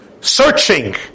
searching